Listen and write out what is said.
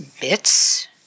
bits